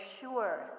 sure